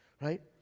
Right